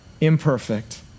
Imperfect